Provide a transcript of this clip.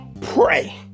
pray